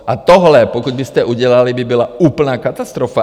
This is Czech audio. A tohle pokud byste udělali, by byla úplná katastrofa.